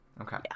Okay